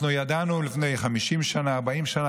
אנחנו ידענו לפני 40 ו-50 שנה,